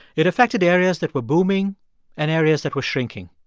it affected areas that were booming and areas that were shrinking.